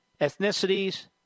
ethnicities